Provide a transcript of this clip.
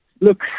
Look